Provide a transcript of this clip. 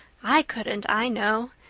i couldn't, i know.